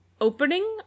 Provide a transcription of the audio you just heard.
opening